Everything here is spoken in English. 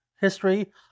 history